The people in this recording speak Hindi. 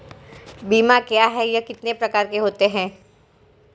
बीमा क्या है यह कितने प्रकार के होते हैं?